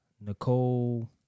Nicole